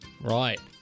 Right